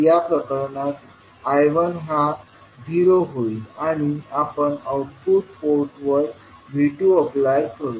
या प्रकरणात I1 हा 0 होईल आणि आपण आउटपुट पोर्टवर V2 अप्लाय करू